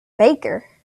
baker